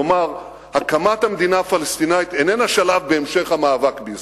כלומר הקמת המדינה הפלסטינית אינה שלב בהמשך המאבק בישראל,